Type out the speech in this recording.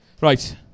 right